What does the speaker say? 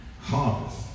Harvest